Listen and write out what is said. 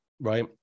right